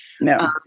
No